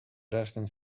eransten